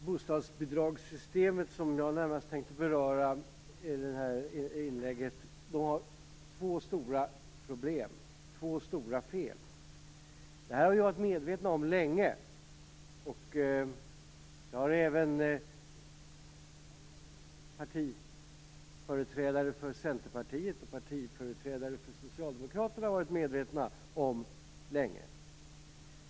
Herr talman! När det gäller bostadsbidragssystemet som jag närmast tänkte beröra i det här anförandet finns det två stora problem, två stora fel. Det har vi varit medvetna om länge. Det har även företrädare för Centerpartiet och för Socialdemokraterna varit medvetna om länge.